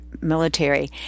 military